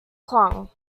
clung